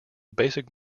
basic